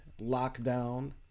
lockdown